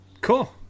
cool